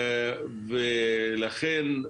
לכן,